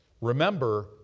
Remember